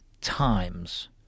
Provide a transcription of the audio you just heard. times